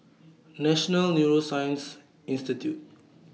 National Neuroscience Institute